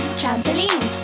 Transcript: trampoline